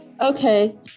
Okay